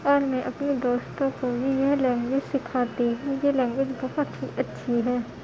اور میں اپنی دوستوں کو بھی یہ لینگویج سکھاتی ہوں یہ لینگویج بہت ہی اچھی ہے